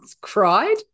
cried